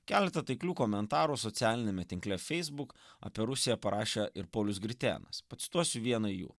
keletą taiklių komentarų socialiniame tinkle facebook apie rusiją parašė ir paulius gritėnas pacituosiu vieną jų